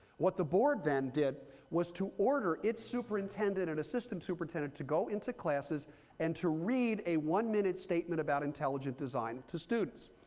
what the board then did was to order it superintendent and assistant superintendent to go into classes and to read a one minute statement about intelligent design to students.